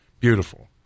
Beautiful